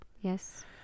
Yes